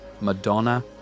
Madonna